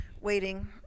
waiting